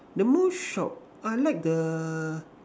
the most shocked I like the